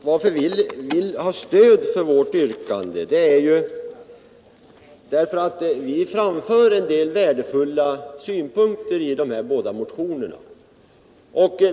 Herr talman! Vi vill ha stöd för vårt yrkande därför att vi i dessa båda motioner framför en hel del värdefulla synpunkter.